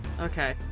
okay